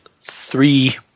three